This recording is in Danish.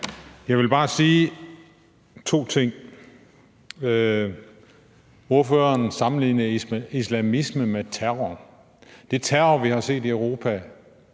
Jeg vil bare sige to ting. Ordføreren sammenligner islamisme med terror. Terror kan være